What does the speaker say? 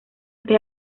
tres